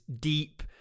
deep